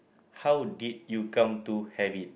how did you come to have it